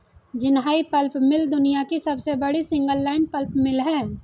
Jinhai pulp mill दुनिया की सबसे बड़ी सिंगल लाइन पल्प मिल है